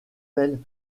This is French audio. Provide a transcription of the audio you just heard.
telles